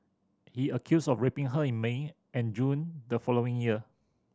he accused of raping her in May and June the following year